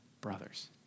brothers